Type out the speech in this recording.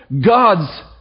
God's